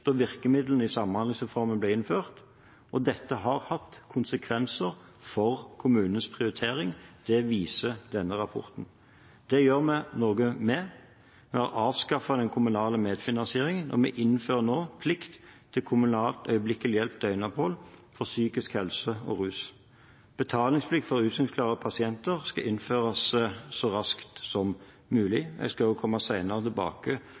og rus da virkemidlene i samhandlingsreformen ble innført, og dette har hatt konsekvenser for kommunenes prioriteringer – det viser denne rapporten. Det gjør vi noe med. Vi har avskaffet den kommunale medfinansiering, og vi innfører nå plikt til kommunalt øyeblikkelig hjelp døgnopphold for psykisk helse og rus. Betalingsplikt for utskrivningsklare pasienter skal innføres så raskt som mulig. Jeg skal komme tilbake